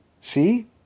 See